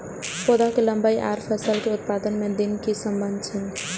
पौधा के लंबाई आर फसल के उत्पादन में कि सम्बन्ध छे?